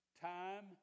time